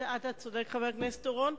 בזה אתה צודק, חבר הכנסת אורון.